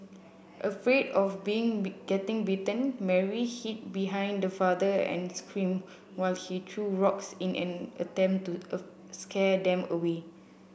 afraid of been getting bitten Mary hid behind the father and screamed while he threw rocks in an attempt to scare them away